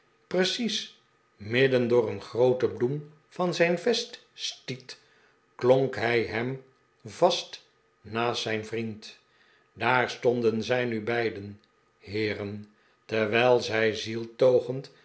precies midden door een groote bloem van zijn vest stiet klonk hij hem vast naast zijn vriend daar stonden zij nu beiden heeren terwijl zij